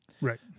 right